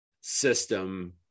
system